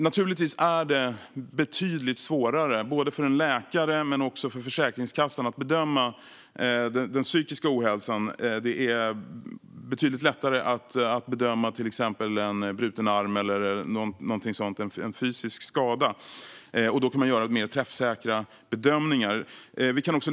Naturligtvis är det betydligt svårare för en läkare men också för Försäkringskassan att bedöma psykisk ohälsa än en bruten arm eller annan fysisk skada, där man kan göra mer träffsäkra bedömningar.